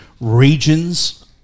regions